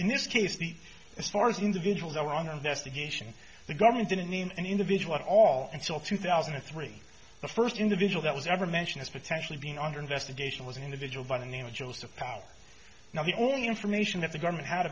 in this case the as far as individuals are under investigation the government didn't name any individual at all until two thousand and three the first individual that was ever mentioned as potentially being under investigation was an individual by the name of joseph power now the only information that the government had